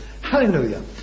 hallelujah